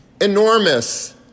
enormous